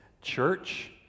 church